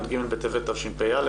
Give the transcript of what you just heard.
י"ג בטבת תשפ"א.